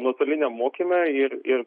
nuotoliniam mokyme ir ir